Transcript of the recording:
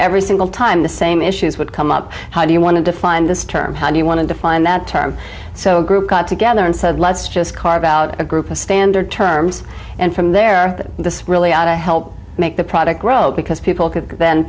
every single time the same issues would come up how do you want to define this term how do you want to define that term so a group got together and said let's just carve out a group of standard terms and from there that this really ought to help make the product grow because people could then